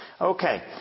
Okay